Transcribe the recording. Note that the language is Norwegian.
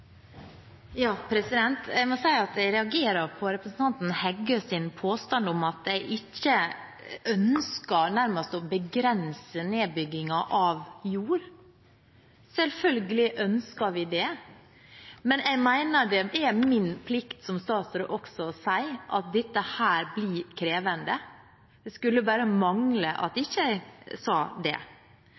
representanten Heggøs påstand om at jeg nærmest ikke ønsker å begrense nedbyggingen av jord – selvfølgelig ønsker vi det. Men jeg mener det er min plikt som statsråd også å si at dette blir krevende. Det skulle bare mangle at jeg ikke sa det. Jeg synes også det